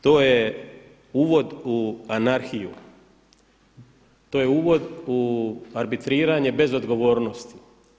To je uvod u anarhiju, to je uvod u arbitriranje bez odgovornosti.